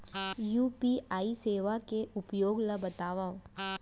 UPI सेवा के उपयोग ल बतावव?